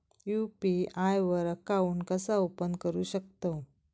UPI वर account कसा open करू शकतव?